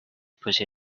push